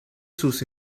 sus